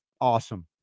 awesome